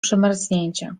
przemarznięcia